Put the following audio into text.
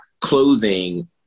clothing